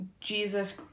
Jesus